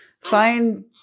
find –